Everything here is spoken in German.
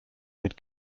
mit